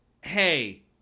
Hey